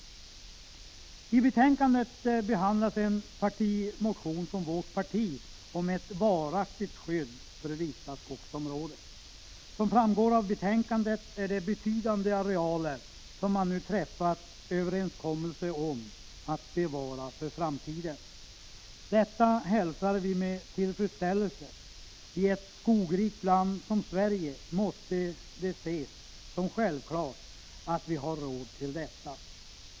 I betänkandet behandlas en partimotion från vårt parti om ett varaktigt skydd för vissa skogsområden. Som framgår av betänkandet är det betydande arealer som man nu träffat överenskommelse om att bevara för framtiden. Detta hälsar vi med tillfredsställelse. I ett skogrikt land som Sverige måste det ses som självklart att vi har råd med detta.